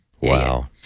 Wow